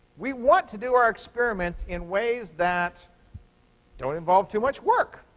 we want to do our experiments in ways that don't involve too much work,